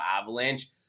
avalanche